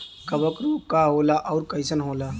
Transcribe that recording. कवक रोग का होला अउर कईसन होला?